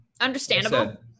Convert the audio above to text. Understandable